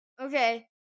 Okay